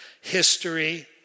history